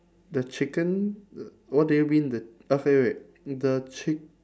the chicken uh what do you mean the okay wait the chick~